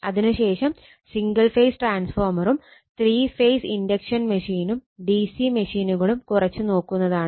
അതിനു ശേഷം single phase ട്രാൻസ്ഫോർമറും ത്രീ ഫേസ് ഇൻഡക്ഷൻ മെഷീനും ഡിസി മെഷീനുകളും കുറച്ച് നോക്കുന്നതാണ്